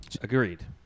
Agreed